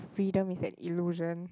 freedom is an illusion